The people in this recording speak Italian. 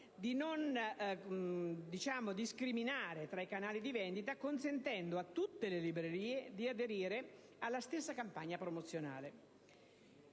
di non discriminare tra i canali di vendita, consentendo a tutte le librerie di aderire alla stessa campagna promozionale.